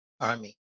Army